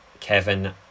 Kevin